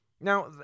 Now